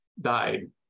died